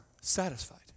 satisfied